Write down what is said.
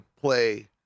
play